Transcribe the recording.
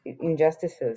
injustices